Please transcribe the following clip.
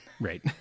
Right